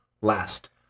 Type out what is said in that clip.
Last